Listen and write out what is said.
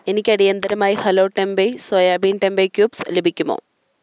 എനിക്ക് അടിയന്തിരമായി hello tempeh soybean tempeh cubes ലഭിക്കുമോ